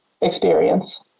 experience